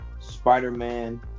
spider-man